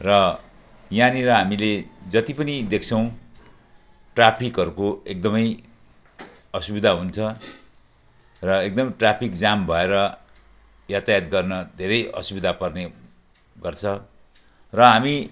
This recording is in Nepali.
र यहाँनिर हामीले जति पनि देख्छौँ ट्राफिकहरूको एकदमै असुविधा हुन्छ र एकदमै ट्राफिक जाम भएर यातायात गर्न धेरै असुविधा पर्ने गर्छ र हामी